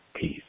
Peace